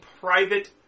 private